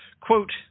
quote